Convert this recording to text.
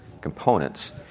components